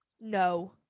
No